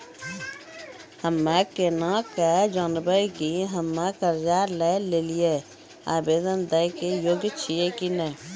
हम्मे केना के जानबै कि हम्मे कर्जा लै लेली आवेदन दै के योग्य छियै कि नै?